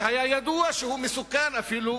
והיה ידוע שהוא מסוכן, אפילו